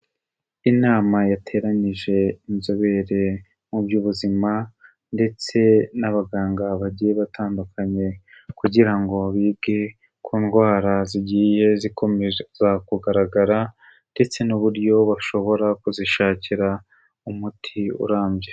Inama yateranyije inzobere mu by'ubuzima ndetse n'abaganga bagiye batandukanye kugira ngo bige ku ndwara zigiye zikomeza kugaragara ndetse n'uburyo bashobora kuzishakira umuti urambye.